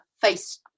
face